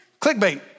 Clickbait